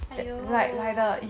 !aiyo!